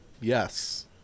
yes